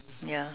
ya